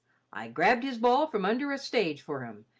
i grabbed his ball from under a stage fur him,